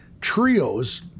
Trios